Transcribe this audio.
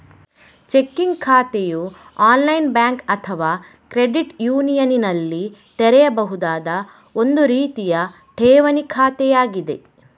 checking ಖಾತೆಯು online bank ಅಥವಾ credit ಯೂನಿಯನಿನಲ್ಲಿ ತೆರೆಯಬಹುದಾದ ಒಂದು ರೀತಿಯ ಠೇವಣಿ ಖಾತೆಯಾಗಿದೆ